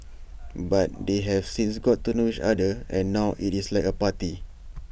but they have since got to know each other and now IT is like A party